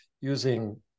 using